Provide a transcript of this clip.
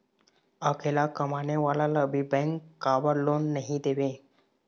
अकेला कमाने वाला ला भी बैंक काबर लोन नहीं देवे?